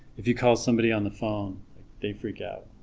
if you call somebody on the phone they freak out